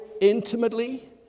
intimately